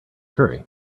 hurry